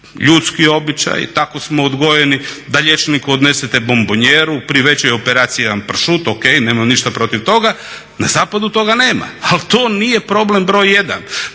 ljudski običaji, tako smo odgojeni da liječniku odnesete bombonjeru, pri većoj operaciji jedan pršut. O.k. Nemam ništa protiv toga. Na zapadu toga nema. Ali to nije problem broj jedan.